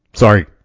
Sorry